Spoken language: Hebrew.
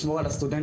לשמור על הסטודנטים,